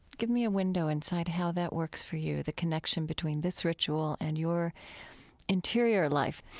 give me a window inside how that works for you, the connection between this ritual and your interior life.